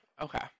Okay